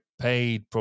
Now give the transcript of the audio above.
paid